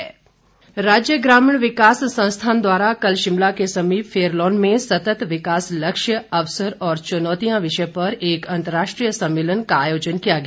अंतर्राष्ट्रीय सम्मेलन राज्य ग्रामीण विकास संस्थान द्वारा कल शिमला के समीप फेयरलॉन में सतत विकास लक्ष्य अवसर और चुनौतियां विषय पर एक अंतर्राष्ट्रीय सम्मेलन का आयोजन किया गया